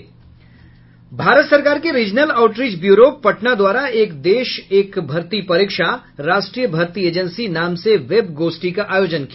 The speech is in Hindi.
भारत सरकार के रीजनल आउटरीच ब्यूरो पटना द्वारा एक देश एक भर्ती परीक्षा राष्ट्रीय भर्ती एजेंसी नाम से वेब गोष्ठी का आयोजन किया